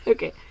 Okay